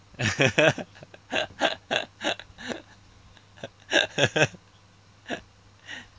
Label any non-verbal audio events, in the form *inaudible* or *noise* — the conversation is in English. *laughs*